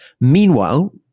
Meanwhile